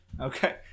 Okay